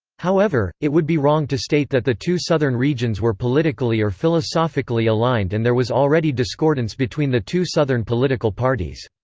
however, it would be wrong to state that the two southern regions were politically or philosophically aligned and there was already discordance between the two southern political parties.